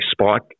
spike